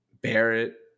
Barrett